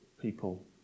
people